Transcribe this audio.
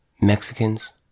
Mexicans